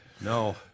no